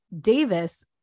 Davis